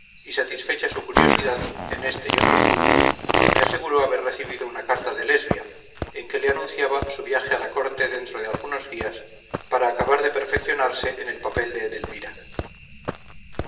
y satisfecha su curiosidad en este y otros puntos me aseguró haber recibido una carta de lesbia en que le anunciaba su viaje a la corte dentro de algunos días para acabar de perfeccionarse en el papel de edelmira